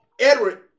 Edward